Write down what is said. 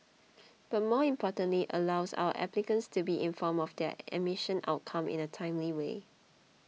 but more importantly allows our applicants to be informed of their admission outcome in a timely way